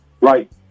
right